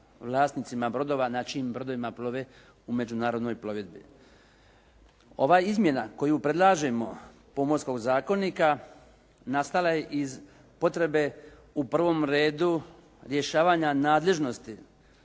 vlasnicima brodova na čijim brodovima plove u međunarodnoj plovidbi. Ova izmjena koju predlažemo Pomorskog zakonika, nastala je iz potrebe u prvom redu rješavanja nadležnosti